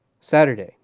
Saturday